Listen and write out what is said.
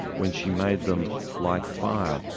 when she made them, like fire,